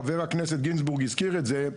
חבר הכנסת גינזבורג הזכיר את זה,